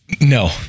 No